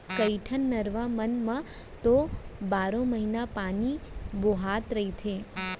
कइठन नरूवा मन म तो बारो महिना पानी बोहावत रहिथे